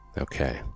Okay